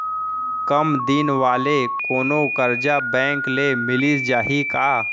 कम दिन वाले कोनो करजा बैंक ले मिलिस जाही का?